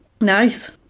nice